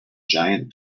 giant